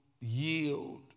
yield